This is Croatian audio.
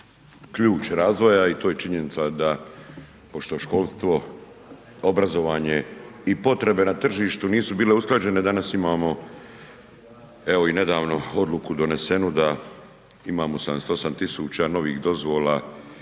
ključ razvoja i to je činjenica da pošto je školstvo obrazovanje i potrebe na tržištu nisu bile usklađene danas imamo evo i nedavno odluku donesenu da imamo 78.000 novih dozvola